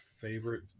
favorite